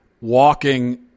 walking